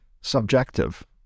subjective